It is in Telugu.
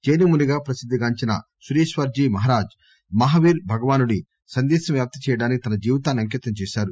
జైనమునిగా ప్రసిద్దిగాంచిన సురీశ్వర్ జీ మహారాజ్ మహా వీర్ భగవానుడి సందేశం వ్యాప్తి చేయడానికి తన జీవితాన్ని అంకితం చేశారు